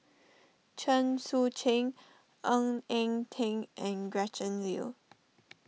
Chen Sucheng Ng Eng Teng and Gretchen Liu